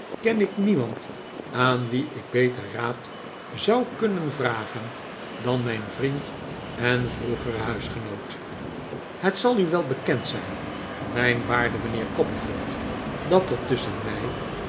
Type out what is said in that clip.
ken ik niemand aan wien ik beter raad zou kunnen vragen dan mijn vriend en vroegeren huisgenoot het zal u wel bekend zijn mijn waarde mijnheer copperfield dat er tusschen mij